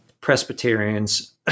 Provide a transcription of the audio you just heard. Presbyterians